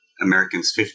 Americans